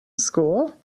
school